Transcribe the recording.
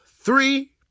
three